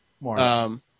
More